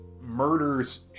murders